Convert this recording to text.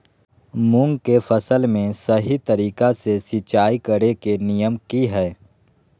मूंग के फसल में सही तरीका से सिंचाई करें के नियम की हय?